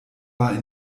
war